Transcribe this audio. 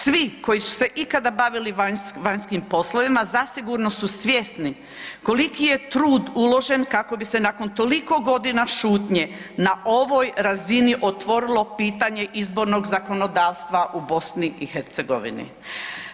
Svi koji su se ikada bavili vanjskim poslovima zasigurno su svjesni koliki je trud uložen kako bi se nakon toliko godina šutnje na ovoj razini otvorilo pitanje izbornog zakonodavstva u Bosni i Hercegovini.